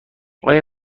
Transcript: آیا